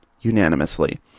unanimously